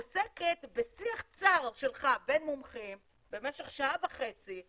עוסקת בשיח צר שלך בין מומחים במשך שעה וחצי,